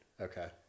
okay